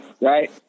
Right